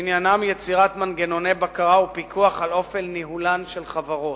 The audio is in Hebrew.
שעניינם יצירת מנגנוני בקרה ופיקוח על אופן ניהולן של חברות.